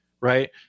Right